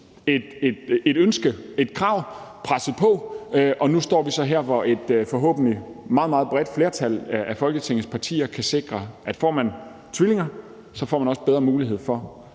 at de har presset på. Nu står vi så her, hvor et forhåbentlig meget, meget bredt flertal af Folketingets partier kan sikre, at får man tvillinger, får begge forældre også bedre mulighed for